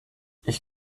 ich